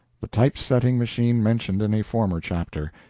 the type-setting machine mentioned in a former chapter,